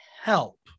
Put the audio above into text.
Help